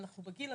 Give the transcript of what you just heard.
אנחנו בגיל,